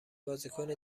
بازیکن